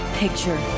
picture